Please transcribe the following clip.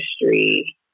industry